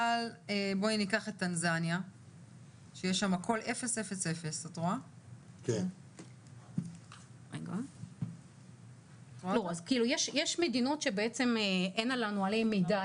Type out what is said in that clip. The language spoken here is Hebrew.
בואי ניקח את טנזניה שיש שם הכול 000. יש מדינות שבעצם אין לנו עליהן מידע.